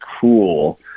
cool